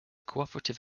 cooperative